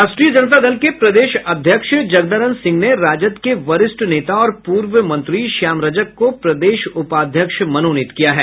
राष्ट्रीय जनता दल के प्रदेश अध्यक्ष जगदानंद सिंह ने राजद के वरिष्ठ नेता और पूर्व मंत्री श्याम रजक को प्रदेश उपाध्यक्ष मनोनीत किया है